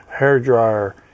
hairdryer